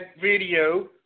video